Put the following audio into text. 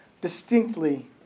distinctly